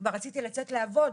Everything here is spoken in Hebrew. כבר רציתי לצאת לעבוד.